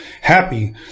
happy